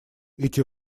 эти